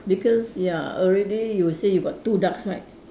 because ya already you say you got two ducks right